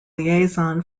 liaison